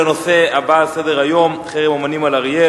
הנושא הבא: חרם אמנים על אריאל,